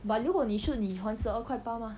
but 如果你 shoot 你还十二块八 mah